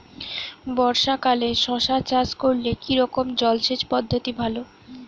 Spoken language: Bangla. বর্ষাকালে শশা চাষ করলে কি রকম জলসেচ পদ্ধতি ভালো?